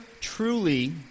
truly